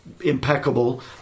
impeccable